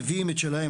מביא את העובדים שלו.